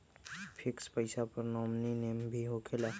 Fix पईसा पर nominee name भी होकेला?